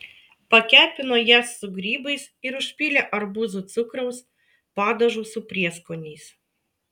pakepino jas su grybais ir užpylė arbūzų cukraus padažu su prieskoniais